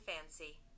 fancy